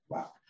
Wow